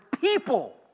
People